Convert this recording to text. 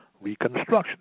reconstruction